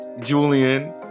Julian